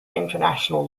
international